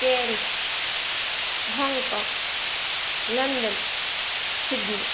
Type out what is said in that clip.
Paris Hong Kong London Sydney